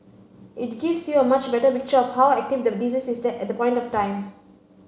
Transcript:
it gives you a much better picture of how active the disease is at that point of time